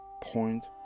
point